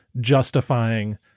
justifying